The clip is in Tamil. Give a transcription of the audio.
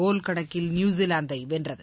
கோல்கணக்கில் நியூசிலாந்தை வென்றது